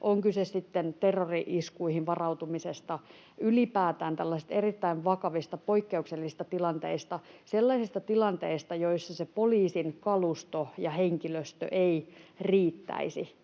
on kyse sitten terrori-iskuihin varautumisesta, ylipäätään tällaisista erittäin vakavista poikkeuksellisista tilanteista, sellaisista tilanteista, joissa poliisin kalusto ja henkilöstö eivät riittäisi